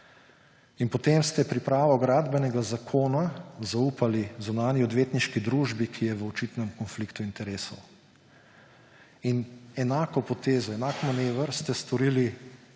In potem ste pripravo Gradbenega zakona zaupali zunanji odvetniški družbi, ki je v očitnem konfliktu interesov. In enako potezo, enak manever ste storili